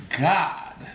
God